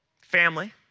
family